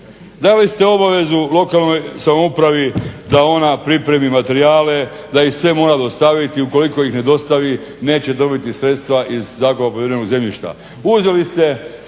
Dali ste obavezu lokalnoj samoupravi da ona pripremi materijale, da ih sve mora dostaviti. Ukoliko ih ne dostavi neće dobiti sredstva iz … zemljišta. Uzeli ste